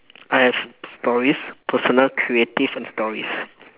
I have stories personal creative and stories